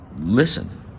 listen